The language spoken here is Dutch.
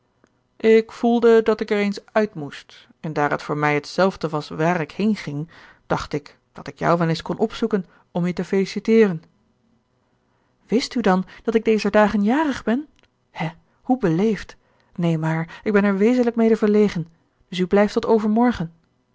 ik voelde dat ik er eens uit moest en daar het voor mij hetzelfde was waar ik heenging dacht ik dat ik jou wel eens kon opzoeken om je te feliciteeren wist u dan dat ik dezer dagen jarig ben hè hoe beleefd neen maar ik ben er wezenlijk mede verlegen dus u blijft tot overmorgen